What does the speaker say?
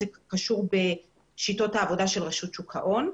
זה קשור בשיטות העבודה של רשות שוק ההון.